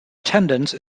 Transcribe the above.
attendance